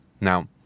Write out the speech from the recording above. Now